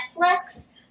Netflix